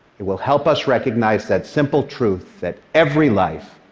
it will help us recognize that simple truth that every life,